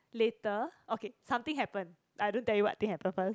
later okay something happened I don't tell you what thing happen first